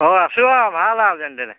অঁ আছোঁ আৰু ভাল আৰু যেনে তেনে